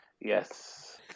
Yes